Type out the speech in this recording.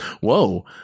Whoa